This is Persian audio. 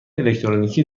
الکترونیکی